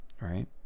right